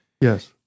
Yes